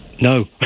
no